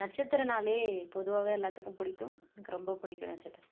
நட்சத்திரன்னாலே பொதுவாகவே எல்லாத்துக்கும் பிடிக்கும் எனக்கு ரொம்ப பிடிக்கும் நட்சத்திரம்